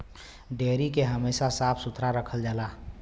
dairy के हमेशा साफ सुथरा रखल जाला